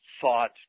thought